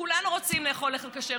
כולנו רוצים לאכול אוכל כשר,